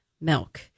milk